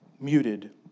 muted